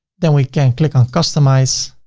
then we can click on customize,